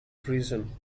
prison